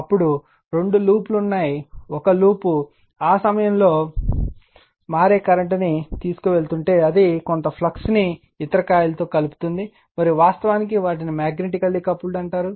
అప్పుడు రెండు లూప్ లు ఉన్నాయి ఒక లూప్ ఆ సమయం తో మారే కరెంట్ను తీసుకువెళుతుంటే అది కొంత ఫ్లక్స్ను ఇతర కాయిల్తో కలుపుతుంది మరియు వాస్తవానికి వాటిని మాగ్నెటికెల్లి కపుల్డ్ అంటారు